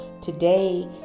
today